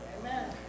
Amen